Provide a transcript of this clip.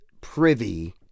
privy